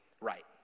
right